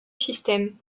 système